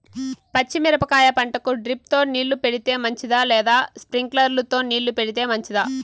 పచ్చి మిరపకాయ పంటకు డ్రిప్ తో నీళ్లు పెడితే మంచిదా లేదా స్ప్రింక్లర్లు తో నీళ్లు పెడితే మంచిదా?